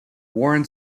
warren